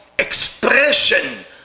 Expression